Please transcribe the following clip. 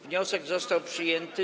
Wniosek został przyjęty.